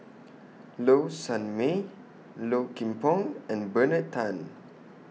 Low Sanmay Low Kim Pong and Bernard Tan